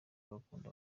agakunda